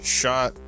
shot